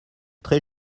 très